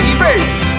Space